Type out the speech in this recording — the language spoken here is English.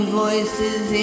voices